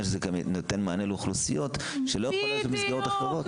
שזה נותן מענה לאוכלוסיות שלא יכול להיות במסגרות אחרות.